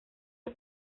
los